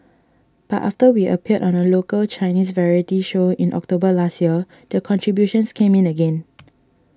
but after we appeared on a local Chinese variety show in October last year the contributions came in again